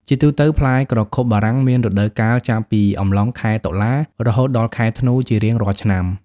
ជាទូទៅ ផ្លែក្រខុបបារាំងមានរដូវកាលចាប់ពីអំឡុងខែ តុលា រហូតដល់ខែធ្នូ ជារៀងរាល់ឆ្នាំ។